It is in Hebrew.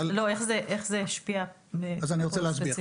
איך זה השפיע באופן ספציפי?